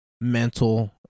mental